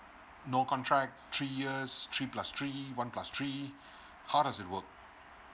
no contract three years three plus three one plus three how does it work